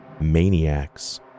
maniacs